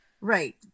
right